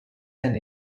and